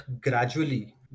gradually